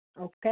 Okay